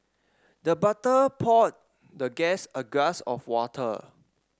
the butler poured the guest a glass of water